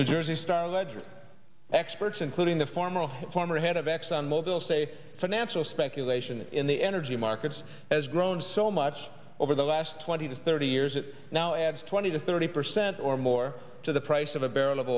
the jersey star ledger experts including the former former head of exxon mobil say financial speculation in the energy markets has grown so much over the last twenty to thirty years it now adds twenty to thirty percent or more to the price of a barrel of